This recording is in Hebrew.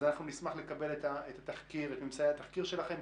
אנחנו נשמח לקבל את ממצאי התחקיר שלכם,